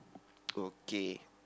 okay